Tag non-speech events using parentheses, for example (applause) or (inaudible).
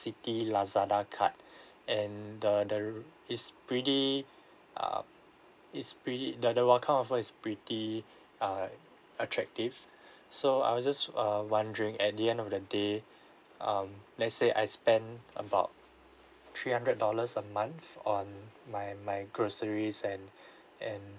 citi lazada card (breath) and the the r~ is pretty uh is pretty the the welcome offer is pretty uh attractive so I was just err wondering at the end of the day um let's say I spend about three hundred dollars a month on my my groceries and (breath) and